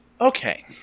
Okay